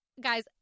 Guys